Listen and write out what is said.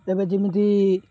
ଏବେ ଯେମିତି